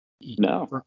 No